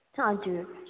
हजुर